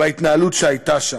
וההתנהלות שהייתה שם.